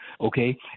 Okay